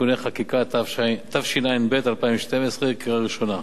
(תיקוני חקיקה), התשע"ב 2012, לקריאה ראשונה.